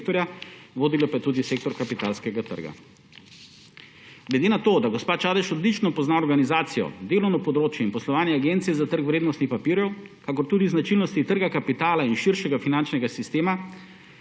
direktorja, vodila pa je tudi sektor kapitalskega trga. Glede na to da gospa Čadež odlično pozna organizacijo, delovno področje in poslovanje za trg vrednostnih papirjev, kakor tudi značilnosti trga kapitala in širšega finančnega sistema,